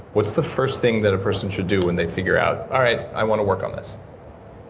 what's the first thing that a person should do when they figure out, all right, i want to work on this.